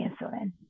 insulin